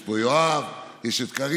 יש פה את יואב, יש את קארין.